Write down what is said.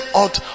ought